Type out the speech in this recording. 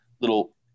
little